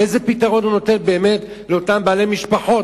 איזה פתרון הוא נותן באמת לאותם בעלי משפחות?